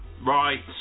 right